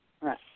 right